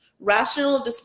Rational